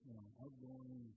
outgoing